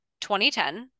2010